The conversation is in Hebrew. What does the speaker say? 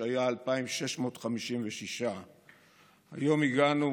שהיה 2,656. היום הגענו